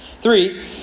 Three